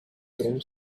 through